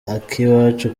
akiwacu